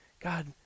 God